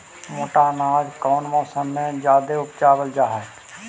मोटा अनाज कौन मौसम में जादे उगावल जा हई?